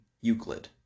Euclid